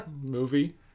Movie